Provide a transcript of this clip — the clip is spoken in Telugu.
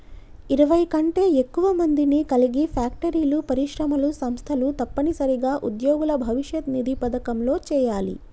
ఇరవై కంటే ఎక్కువ మందిని కలిగి ఫ్యాక్టరీలు పరిశ్రమలు సంస్థలు తప్పనిసరిగా ఉద్యోగుల భవిష్యత్ నిధి పథకంలో చేయాలి